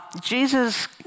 Jesus